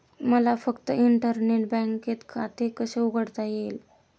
मला फक्त इंटरनेट बँकेत खाते कसे उघडता येईल?